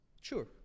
Sure